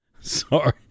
Sorry